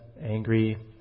angry